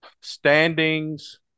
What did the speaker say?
standings